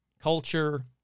culture